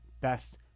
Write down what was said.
best